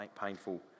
painful